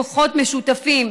בכוחות משותפים.